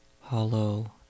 hollow